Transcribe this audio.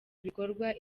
ibikorwa